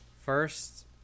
First